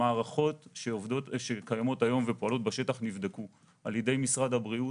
המערכות שקיימות היום ופועלות בשטח נבדקו על ידי משרד הבריאות.